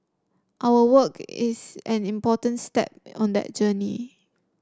our work is an important step on that journey